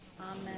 Amen